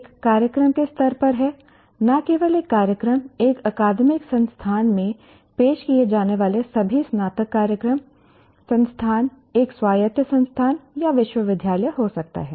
एक कार्यक्रम के स्तर पर है न केवल एक कार्यक्रम एक अकादमिक संस्थान में पेश किए जाने वाले सभी स्नातक कार्यक्रम संस्थान एक स्वायत्त संस्थान या विश्वविद्यालय हो सकता है